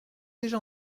déjà